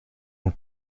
and